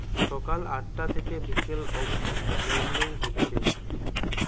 সকাল আটটা থিকে বিকাল অব্দি লেনদেন হচ্ছে